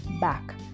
back